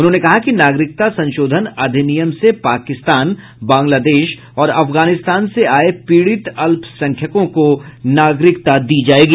उन्होंने कहा कि नागरिकता संशोधन अधिनियम से पाकिस्तान बांग्लादेश और आफगानिस्तान से आये पीड़ित अल्पसंख्यकों को नागरिकता दी जायेगी